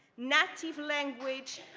native language,